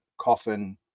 Coffin